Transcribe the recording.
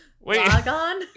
Logon